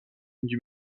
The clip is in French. lignes